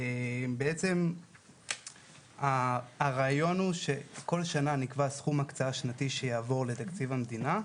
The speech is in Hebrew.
בעצם הרעיון הוא שכל שנה נקבע סכום הקצאה שנתי שיעבור לתקציב המדינה.